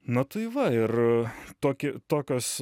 na tai va ir tokį tokios